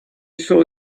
saw